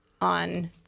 on